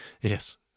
yes